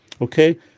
Okay